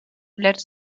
lecz